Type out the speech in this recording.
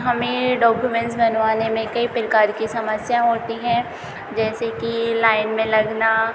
हमें डॉक्युमेंस बनवाने में कई प्रकार की समस्या होती हैं जैसे कि लाइन में लगना